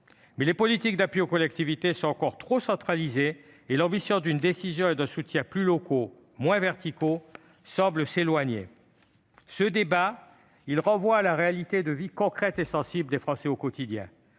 Or les politiques d'appui aux collectivités sont encore trop centralisées. L'ambition d'une décision et d'un soutien plus locaux, moins verticaux, semble s'éloigner. Ce débat renvoie à la réalité de tous les jours, à la vie concrète et sensible des Français au quotidien